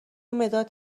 مداد